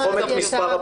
לתחום את מספר הפניות.